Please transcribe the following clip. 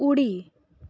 उडी